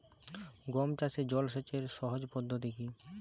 গম চাষে জল সেচের সহজ পদ্ধতি কি?